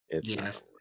Yes